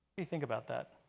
you think about that?